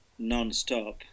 nonstop